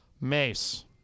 Mace